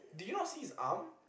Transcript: did you not see his arm